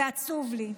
ועצוב לי,